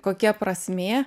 kokia prasmė